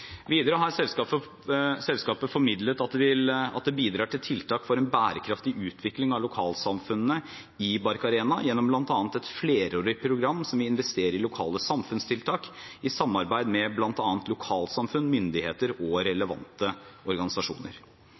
Videre har selskapet formidlet at det bidrar til tiltak for en bærekraftig utvikling av lokalsamfunnene i Barcarena, gjennom bl.a. et flerårig program som vil investere i lokale samfunnstiltak, i samarbeid med bl.a. lokalsamfunn, myndigheter og relevante organisasjoner.